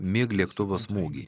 mig lėktuvo smūgį